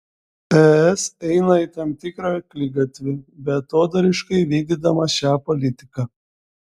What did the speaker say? es eina į tam tikrą akligatvį beatodairiškai vykdydama šią politiką